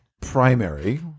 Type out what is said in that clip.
primary